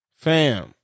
fam